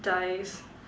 dice